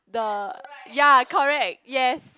the ya correct yes